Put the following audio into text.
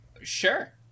Sure